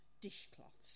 dishcloths